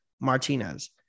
Martinez